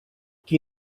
qui